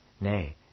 Nay